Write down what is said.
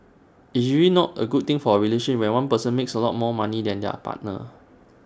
it's usually not A good thing for A relationship when one person makes A lot more money than their partner